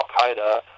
Al-Qaeda